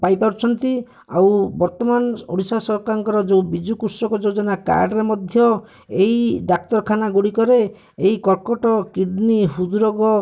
ପାଇପାରୁଛନ୍ତି ଆଉ ବର୍ତ୍ତମାନ ଓଡ଼ିଶା ସରକାରଙ୍କର ଯୋଉ ବିଜୁ କୃଷକ ଯୋଜନା କାର୍ଡ଼ରେ ମଧ୍ୟ ଏଇ ଡ଼ାକ୍ତରଖାନା ଗୁଡ଼ିକରେ ଏଇ କର୍କଟ କିଡ଼ନୀ ହୃଦରୋଗ